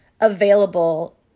available